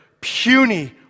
puny